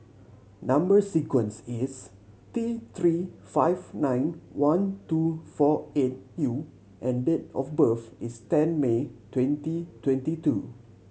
number sequence is T Three five nine one two four eight U and date of birth is ten May twenty twenty two